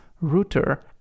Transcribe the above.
router